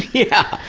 yeah!